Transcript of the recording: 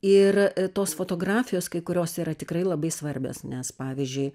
ir tos fotografijos kai kurios yra tikrai labai svarbios nes pavyzdžiui